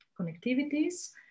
connectivities